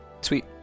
Sweet